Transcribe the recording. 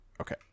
Okay